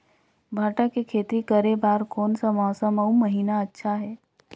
भांटा के खेती करे बार कोन सा मौसम अउ महीना अच्छा हे?